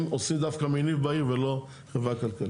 דווקא --- בעיר ולא החברה הכלכלית.